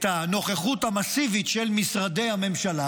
את הנוכחות המסיבית של משרדי הממשלה,